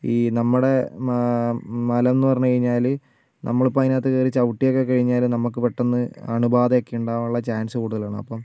ഈ നമ്മുടെ മലം എന്ന് പറഞ്ഞുകഴിഞ്ഞാൽ നമ്മൾ ഇപ്പോൾ അതിനകത്ത് കയറി ചവിട്ടിയൊക്കെ കഴിഞ്ഞാൽ നമുക്ക് പെട്ടന്ന് അണുബാധയൊക്കെ ഉണ്ടാവാനുള്ള ചാൻസ് കൂടുതലാണ് അപ്പം